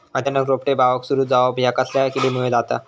अचानक रोपटे बावाक सुरू जवाप हया कसल्या किडीमुळे जाता?